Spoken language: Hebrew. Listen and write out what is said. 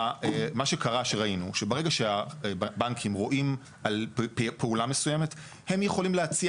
מה שקרה שראינו שברגע שהבנקים רואים על פעולה מסוימת הם יכולים להציע